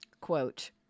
Quote